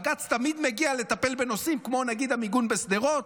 בג"ץ תמיד מגיע לטפל בנושאים כמו נגיד המיגון בשדרות,